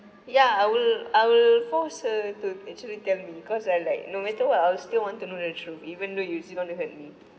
ya I will I will force her to actually tell me cause I like no matter what I will still want to know the truth even though it'll still going to hurt me